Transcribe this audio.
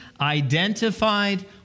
identified